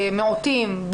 מיעוטים,